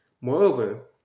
Moreover